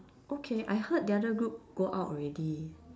okay I heard the other group go out already